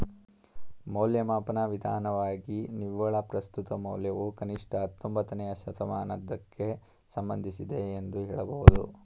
ಮೌಲ್ಯಮಾಪನ ವಿಧಾನವಾಗಿ ನಿವ್ವಳ ಪ್ರಸ್ತುತ ಮೌಲ್ಯವು ಕನಿಷ್ಠ ಹತ್ತೊಂಬತ್ತನೇ ಶತಮಾನದಕ್ಕೆ ಸಂಬಂಧಿಸಿದೆ ಎಂದು ಹೇಳಬಹುದು